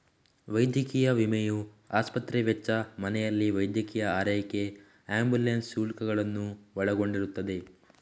ವೈದ್ಯಕೀಯ ವಿಮೆಯು ಆಸ್ಪತ್ರೆ ವೆಚ್ಚ, ಮನೆಯಲ್ಲಿ ವೈದ್ಯಕೀಯ ಆರೈಕೆ ಆಂಬ್ಯುಲೆನ್ಸ್ ಶುಲ್ಕಗಳನ್ನು ಒಳಗೊಂಡಿರುತ್ತದೆ